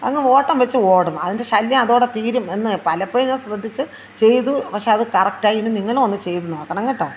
അങ്ങ് ഓട്ടം വെച്ച് ഓടും അതിൻ്റെ ശല്യം അതോടെ തീരും എന്ന് പലപ്പോഴും ഞാൻ ശ്രദ്ധിച്ച് ചെയ്തു പക്ഷേ അത് കറക്റ്റ് ആയി ഇനി നിങ്ങളും ഒന്ന് ചെയ്ത് നോക്കണം കേട്ടോ